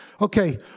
Okay